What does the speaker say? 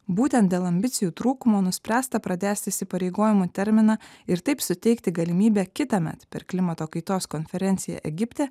būtent dėl ambicijų trūkumo nuspręsta pratęst įsipareigojimų terminą ir taip suteikti galimybę kitąmet per klimato kaitos konferenciją egipte